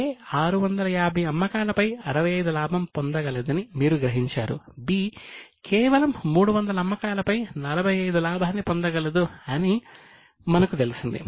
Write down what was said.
A 650 అమ్మకాలపై 65 లాభం పొందగలదని మీరు గ్రహించారు B కేవలం 300 అమ్మకాలపై 45 లాభాన్ని పొందగలదు అని మనకు తెలిసింది